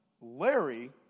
Larry